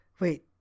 Wait